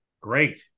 Great